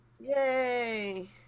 Yay